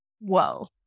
Whoa